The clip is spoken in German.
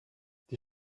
die